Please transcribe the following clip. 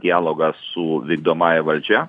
dialogą su vykdomąja valdžia